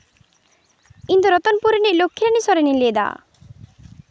ᱤᱧ ᱫᱚ ᱨᱚᱛᱤᱱᱯᱩᱨ ᱨᱤᱱᱤᱡ ᱞᱚᱠᱠᱷᱤ ᱨᱟᱱᱤ ᱥᱚᱨᱮᱱᱤᱧ ᱞᱟᱹᱭᱮᱫᱟ